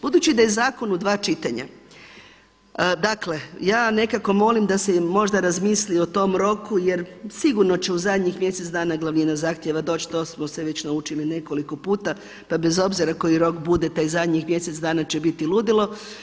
Budući da je zakon u dva čitanja, dakle ja nekako molim da se možda razmisli o tom roku jer sigurno će u zadnjih mjesec dana glavnina zahtjeva doći, to smo se već naučili nekoliko puta pa bez obzira koji rok bude taj zadnjih mjesec dana će biti ludilo.